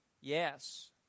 yes